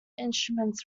instruments